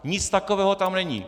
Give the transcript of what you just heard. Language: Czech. Nic takového tam není!